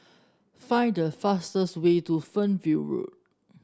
find the fastest way to Fernvale Road